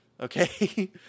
Okay